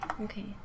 Okay